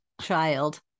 child